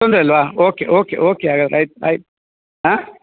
ತೊಂದರೆ ಇಲ್ವಾ okay okay okay ಹಾಗಾದ್ರೆ ಆಯ್ತು ಆಯ್ತು ಹಾಂ